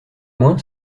moins